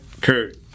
Kurt